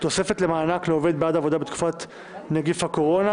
(תוספת למענק לעובד בעד עבודה בתקופת ההתמודדות עם נגיף הקורונה),